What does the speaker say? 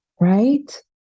right